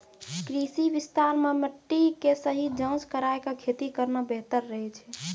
कृषि विस्तार मॅ मिट्टी के सही जांच कराय क खेती करना बेहतर रहै छै